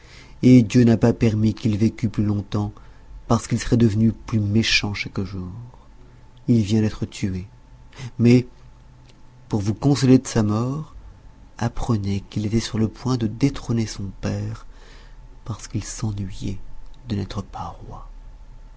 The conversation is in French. et dieu n'a pas permis qu'il vécût plus longtemps parce qu'il serait devenu plus méchant chaque jour il vient d'être tué mais pour vous consoler de sa mort apprenez qu'il était sur le point de détrôner son père parce qu'il s'ennuyait de n'être pas roi